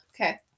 Okay